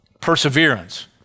perseverance